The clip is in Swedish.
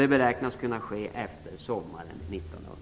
Det beräknas kunna ske efter sommaren